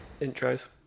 intros